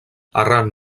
arran